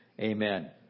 Amen